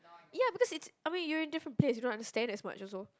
ya because it's I mean you are in a different place you don't understand as much also